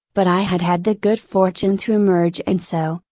but i had had the good fortune to emerge and so,